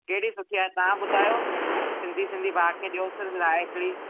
कहिड़ी सुठी आहे तव्हां ॿुधायो सिंधी सिंधी भाउ खे ॾियोसि रा़इ हिकिड़ी